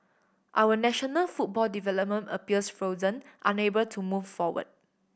our national football development appears frozen unable to move forward